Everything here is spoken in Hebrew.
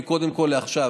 היא קודם כול לעכשיו.